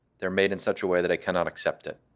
they're made in such a way that i cannot accept it